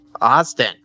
Austin